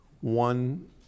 One